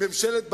ממשלת ברק,